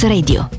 Radio